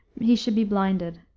he should be blinded.